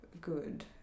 good